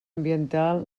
ambiental